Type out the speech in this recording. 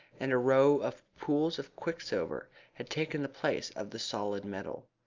and a row of pools of quicksilver had taken the place of the solid metal.